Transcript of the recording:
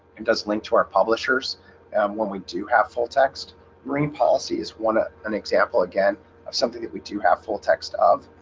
and does link to our publishers when we do have full text marine policy is one ah an example again of something that we do have full text of